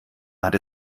hatte